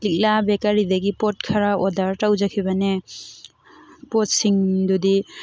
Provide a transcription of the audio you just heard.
ꯂꯤꯛꯂꯥ ꯕꯦꯀꯔꯤꯗꯒꯤ ꯄꯣꯠ ꯈꯔ ꯑꯣꯗꯔ ꯇꯧꯖꯈꯤꯕꯅꯦ ꯄꯣꯠꯁꯤꯡꯗꯨꯗꯤ